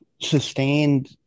Sustained